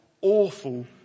awful